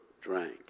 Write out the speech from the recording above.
drank